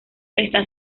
está